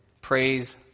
Praise